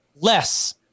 less